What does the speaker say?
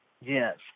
Yes